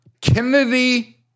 Kennedy